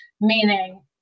Meaning